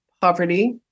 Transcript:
poverty